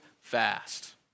fast